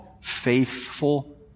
Faithful